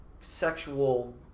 sexual